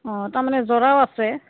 অঁ তাৰমানে যোৰাও আছে